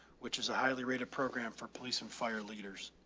which is a highly rated program for police and fire leaders.